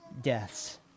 deaths